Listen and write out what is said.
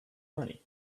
money